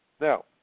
Now